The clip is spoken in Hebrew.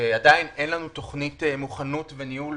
ועדיין אין לנו תוכנית מוכנות וניהול